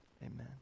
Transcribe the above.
Amen